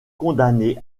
condamnée